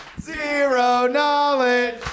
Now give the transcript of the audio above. Zero-knowledge